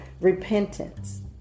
repentance